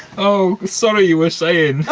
oh sorry you were saying.